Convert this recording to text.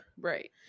right